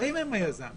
הדיירים מחליטים.